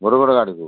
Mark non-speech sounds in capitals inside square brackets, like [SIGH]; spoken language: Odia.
[UNINTELLIGIBLE]